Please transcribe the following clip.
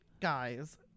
guys